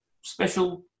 special